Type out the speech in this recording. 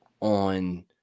On